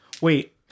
Wait